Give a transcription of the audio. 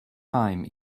time